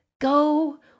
go